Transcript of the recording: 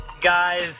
guys